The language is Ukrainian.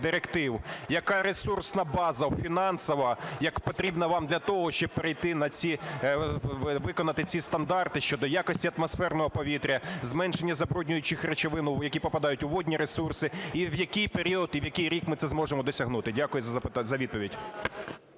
Яка ресурсна база фінансова потрібна вам для того, щоб перейти на ці, виконати ці стандарти щодо якості атмосферного повітря, зменшення забруднюючих речовин, які попадають у водні ресурси. І в який період і в який рік ми це зможемо досягнути? Дякую за відповідь.